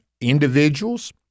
individuals